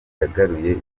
yagaruye